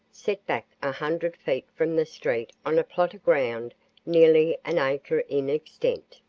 set back a hundred feet from the street on a plot of ground nearly an acre in extent.